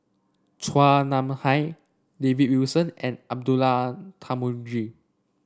Chua Nam Hai David Wilson and Abdullah Tarmugi